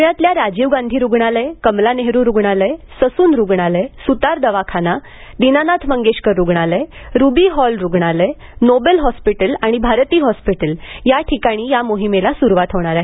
पुण्यातल्या राजीव गांधी रुग्णालय कमला नेहरू रुग्णालय ससून रुग्णालय सुतार दवाखाना दीनानाथ मंगेशकर रुग्णालय रूबी हॉल रुग्णालय नोबेल हॉस्पिटल आणि भारती हॉस्पिटल याठिकाणी या मोहिमेला सुरुवात होणार आहे